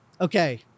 okay